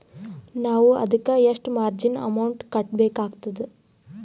ನಾವು ಅದಕ್ಕ ಎಷ್ಟ ಮಾರ್ಜಿನ ಅಮೌಂಟ್ ಕಟ್ಟಬಕಾಗ್ತದ್ರಿ?